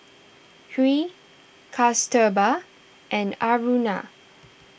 Hri Kasturba and Aruna